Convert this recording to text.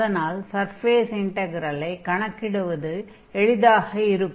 அதனால் சர்ஃபேஸ் இன்டக்ரெலைக் கணக்கிடுவது எளிதாக இருக்கும்